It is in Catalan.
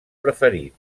preferit